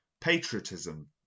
patriotism